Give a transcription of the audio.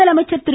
முதலமைச்சர் திரு